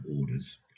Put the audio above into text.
orders